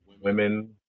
Women